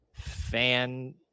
fan